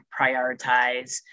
prioritize